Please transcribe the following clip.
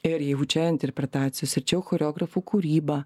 ir jau čia interpretacijos ir čia jau choreografų kūryba